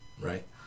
right